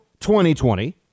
2020